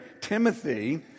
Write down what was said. Timothy